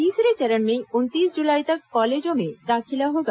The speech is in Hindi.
तीसरे चरण में उनतीस जुलाई तक कॉलेजों में दाखिला होगा